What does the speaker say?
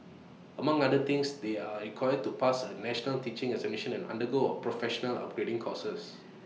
among other things they are required to pass A national teaching examination and undergo professional upgrading courses